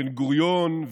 בן-גוריון,